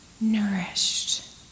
nourished